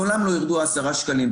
לעולם לא ירדו העשרה שקלים.